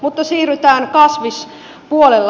mutta siirrytään kasvispuolelle